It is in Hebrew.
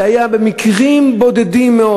זה היה במקרים בודדים מאוד.